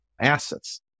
assets